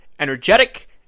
energetic